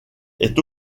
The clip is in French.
est